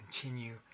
continue